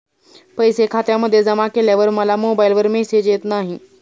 पैसे खात्यामध्ये जमा केल्यावर मला मोबाइलवर मेसेज येत नाही?